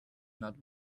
not